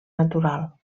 natural